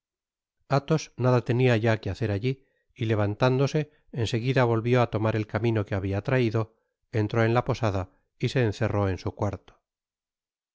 athos nada tenia ya que hacer allí y levantándose en seguida volvió á tomar el camino que habia traido entró en la posada y se encerró en su cuarto al